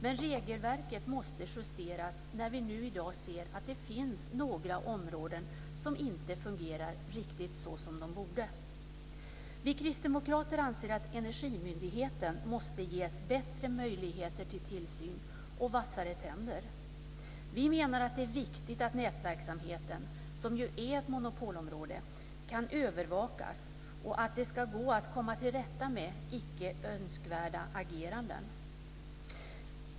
Men regelverket måste justeras när vi nu i dag ser att det finns några områden som inte fungerar riktigt så som de borde. Vi kristdemokrater anser att Energimyndigheten måste ges bättre möjligheter till tillsyn och vassare tänder. Vi menar att det är viktigt att nätverksamheten, som ju är ett monopolområde, kan övervakas och att det ska gå att komma till rätta med icke önskvärda ageranden.